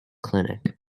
clinic